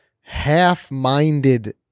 half-minded